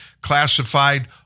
classified